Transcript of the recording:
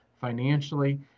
financially